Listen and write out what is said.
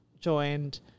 joined